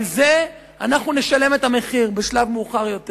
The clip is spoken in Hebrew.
על זה אנחנו נשלם את המחיר בשלב מאוחר יותר.